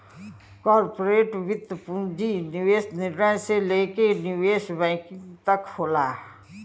corporate वित्त पूंजी निवेश निर्णय से लेके निवेश बैंकिंग तक होला